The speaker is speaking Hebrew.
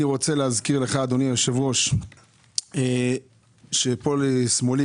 אני רוצה להזכיר לך אדוני היושב ראש שכאן לשמאלי,